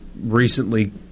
recently